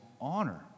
honor